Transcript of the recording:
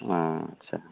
अ आच्चा